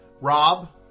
Rob